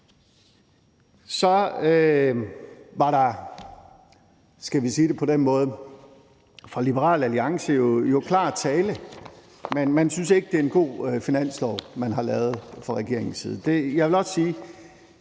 Så var der jo – skal vi sige det på den måde – fra Liberal Alliances side klar tale: Man synes ikke, det er en god finanslov, der er lavet fra regeringens side. Jeg vil blot sige,